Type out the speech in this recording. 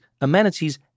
amenities